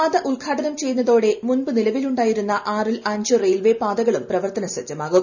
പാത ഉദ്ഘാടനം ചെയ്യുന്നതോടെ മുൻപു നിലവിലുണ്ടായിരുന്ന ആറിൽ അഞ്ച് റെയിൽവേ പാതകളും പ്രവർത്തനസജ്ജമാകും